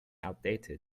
outdated